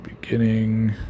beginning